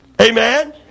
Amen